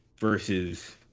versus